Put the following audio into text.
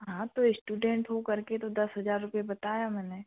हाँ तो इस्टुडेंट होकर के तो दस हज़ार रुपये बताया मैंने